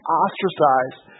ostracized